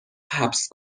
حبس